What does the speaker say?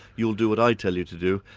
you'll do what i tell you to do.